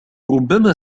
ربما